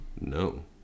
No